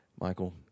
Michael